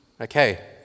Okay